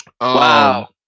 Wow